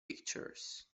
pictures